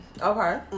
okay